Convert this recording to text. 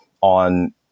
on